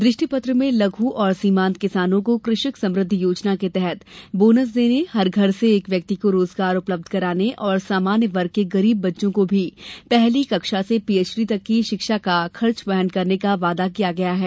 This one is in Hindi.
दृष्टिपत्र में लघ और सीमान्त किसानों को कृषक समृद्धि योजना के तहत बोनस देने हर घर से एक व्यक्ति को रोजगार उपलब्ध कराने और सामान्य वर्ग के गरीब बच्चों को भी पहली कक्षा से पीएचडी तक की शिक्षा का खर्च वहन करने का वादा किया गया है